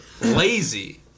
lazy